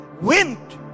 wind